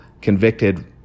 convicted